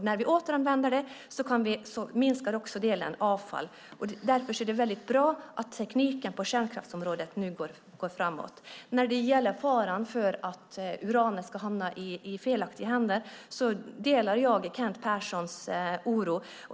När vi återanvänder det minskar också andelen avfall, och därför är det väldigt bra att tekniken på kärnkraftsområdet nu går framåt. När det gäller faran för att uranet ska hamna i fel händer delar jag Kent Perssons oro.